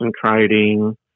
concentrating